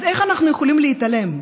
אז איך אנחנו יכולים להתעלם?